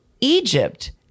Egypt